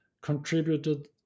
contributed